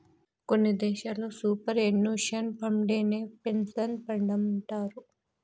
కొన్ని దేశాల్లో superannuation ఫండేనే పెన్సన్ ఫండంటారు